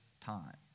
time